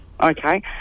okay